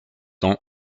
ans